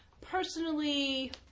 personally